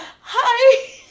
hi